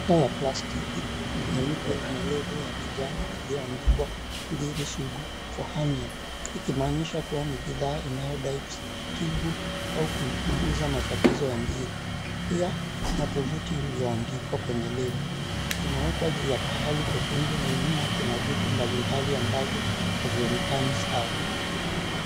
Chupa ya plastiki nyeupe yenye label ya kijani ilioandikwa Ngiri Sugu for hernia[cs) ikimaanisha kuwa ni bidhaa inayodai kutibu au kupunguza matatizo ya ngiri. Pia kuna tovuti iliyoandikwa kwenye label . Imewekwa juu ya pahali pekundu na nyuma kuna vitu mbalimbali ambavyo havionekani sawa.